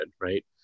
Right